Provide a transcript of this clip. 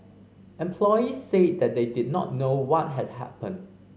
employees said they did not know what had happened